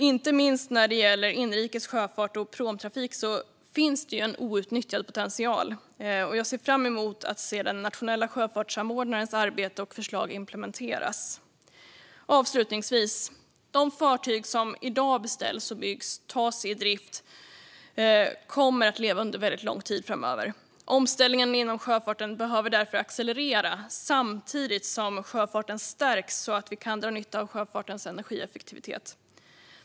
Inte minst när det gäller inrikes sjöfart och pråmtrafik finns det en outnyttjad potential. Jag ser fram emot att se den nationella sjöfartssamordnarens arbete och förslag implementeras. De fartyg som i dag beställs, byggs och tas i drift kommer att leva under väldigt lång tid framöver. Omställningen inom sjöfarten behöver därför accelerera, samtidigt som sjöfarten stärks, så att vi kan dra nytta av dess energieffektivitet.